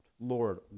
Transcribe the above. Lord